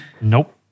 Nope